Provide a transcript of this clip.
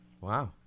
wow